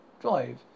drive